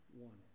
wanted